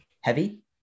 heavy